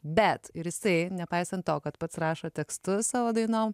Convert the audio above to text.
bet ir jisai nepaisant to kad pats rašo tekstus savo dainom